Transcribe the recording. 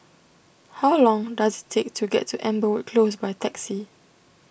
how long does it take to get to Amberwood Close by taxi